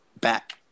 back